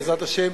בעזרת השם,